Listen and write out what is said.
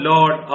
Lord